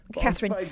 Catherine